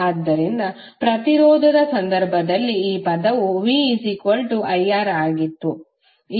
ಆದ್ದರಿಂದ ಪ್ರತಿರೋಧದ ಸಂದರ್ಭದಲ್ಲಿ ಈ ಪದವು viR ಆಗಿತ್ತು